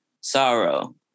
sorrow